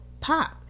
Pop